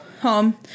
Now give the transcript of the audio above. home